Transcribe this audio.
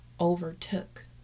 overtook